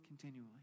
continually